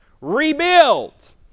Rebuild